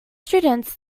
students